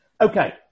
Okay